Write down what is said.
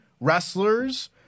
wrestlers